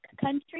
country